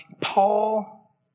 Paul